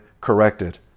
corrected